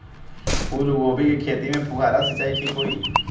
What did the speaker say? फूल गोभी के खेती में फुहारा सिंचाई ठीक होई?